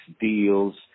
deals